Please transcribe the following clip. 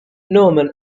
norman